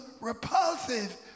repulsive